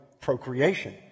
procreation